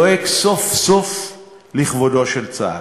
דואג סוף-סוף לכבודו של צה"ל,